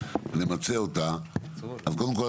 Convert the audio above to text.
למצות אותה אז קודם כל,